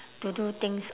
to do things